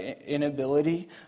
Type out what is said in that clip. inability